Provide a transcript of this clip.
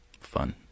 fun